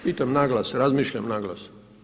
Pitam na glas, razmišljam na glas.